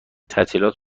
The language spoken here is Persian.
تعطیلات